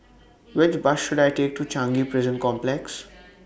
Which Bus should I Take to Changi Prison Complex